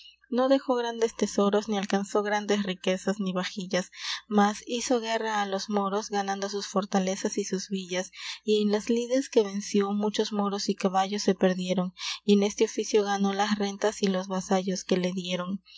no dexo grandes tesoros ni alcano grandes riquezas ni vaxillas mas fizo guerra a los moros ganando sus fortalezas y sus villas y en las lides que venió muchos moros y cauallos se perdieron y en este ofiio gano las rentas y los vasallos que le dieron